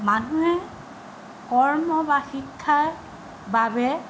মানুহে কৰ্ম বা শিক্ষাৰ বাবে